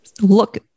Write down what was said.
look